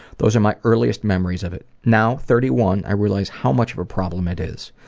those are my earliest memories of it. now, thirty one, i realize how much of a problem it is.